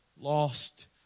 lost